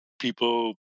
people